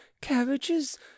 carriages